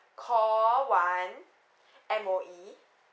call one M_O_E